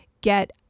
get